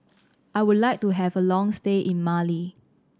I would like to have a long stay in Mali